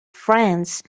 france